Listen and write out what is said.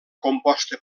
composta